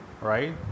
right